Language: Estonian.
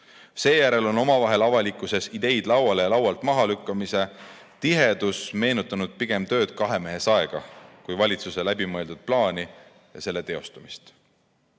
Seejärel on [vastastikku] avalikkuses ideid lauale ja laualt maha lükkamise tihedus meenutanud pigem tööd kahemehesaega kui valitsuse läbimõeldud plaani ja selle teostamist.